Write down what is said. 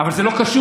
אבל זה לא קשור.